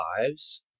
lives